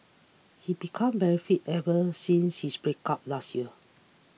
he became very fit ever since his breakup last year